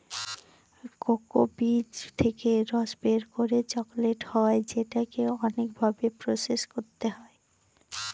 cocoa বীজ থেকে রস বের করে চকলেট হয় যেটাকে অনেক ভাবে প্রসেস করতে হয়